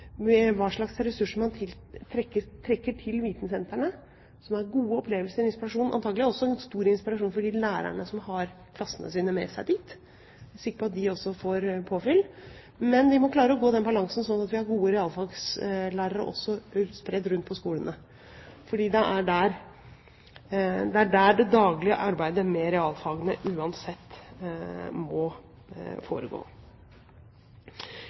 hva slags ressurser man trekker til vitensentrene, som er gode opplevelser og inspirasjon – antagelig også en stor inspirasjon for lærerne som har klassene sine med seg dit. Jeg er sikker på at de også får påfyll. Men de må klare å gå den balansegangen slik at vi har gode realfagslærere også spredt rundt på skolene, fordi det er der det daglige arbeidet med realfagene uansett må foregå.